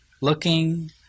looking